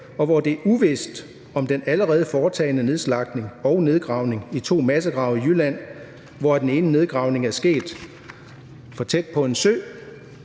og hvor det er uvist, om den allerede foretagne nedslagtning og nedgravning i to massegrave i Jylland, hvoraf den ene nedgravning er sket for tæt på en sø,